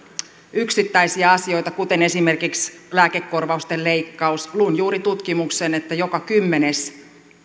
yksittäisiä asioita kuten esimerkiksi lääkekorvausten leikkaus luin juuri tutkimuksen että joka kymmenes